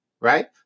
right